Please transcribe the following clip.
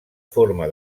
forma